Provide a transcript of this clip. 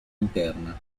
interna